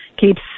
keeps